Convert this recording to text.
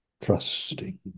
trusting